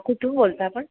कुठून बोलता आपण